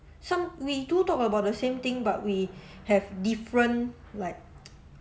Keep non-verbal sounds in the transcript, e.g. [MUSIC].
some we do talk about the same thing but we have different like [NOISE]